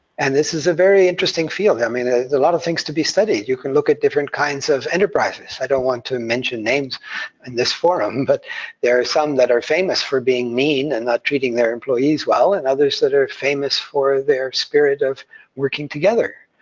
and this is a very interesting field. i mean ah there are a lot of things to be studied. you can look at different kinds of enterprises. i don't want to mention names in this forum, but there are some that are famous for being mean, and not treating their employees well, and others that are famous for their spirit of working together,